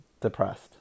depressed